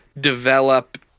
develop